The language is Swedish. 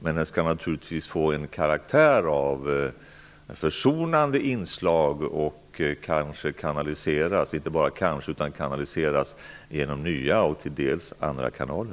Den skall naturligtvis få karaktären av att vara ett försonande inslag och kanaliseras genom nya kanaler.